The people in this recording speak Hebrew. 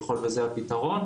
ככול וזה הפתרון.